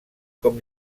com